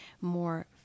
more